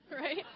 Right